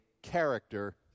character